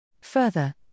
Further